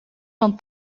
van